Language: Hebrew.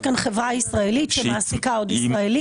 פה חברה ישראלית שמעסיקה עוד ישראלים,